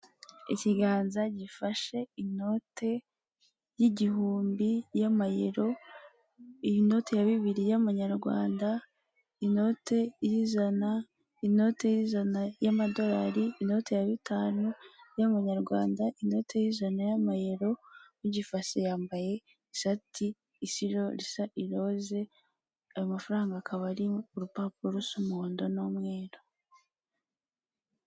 Ikiganza gifashe inote y'igihumbi y'amayero inoti ya bibili y'amanyarwanda, inote y'ijana na y'amadolari, inote ya bitanu y'amanyarwanda, inote y'ijana y'amayero ugifashe yambaye ishati isa irose amafaranga akaba ari urupapuro rusa umuhondo n'umweru.